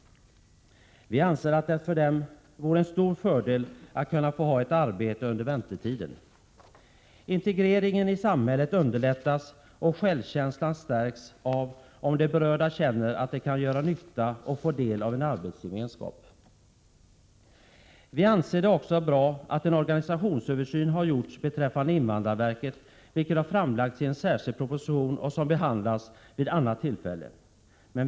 Vi anser att det för dem vore en stor fördel att kunna få ha ett arbete under väntetiden. Integreringen i samhället underlättas och självkänslan stärks av att de berörda känner att de kan göra nytta och få del av en arbetsgemenskap. Vi anser också att det är bra att en organisationsöversyn har gjorts beträffande invandrarverket, vilket har redovisats i en särskild proposition som behandlas vid annat tillfälle.